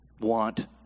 want